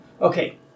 Okay